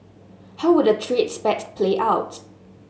how would the trade spat play out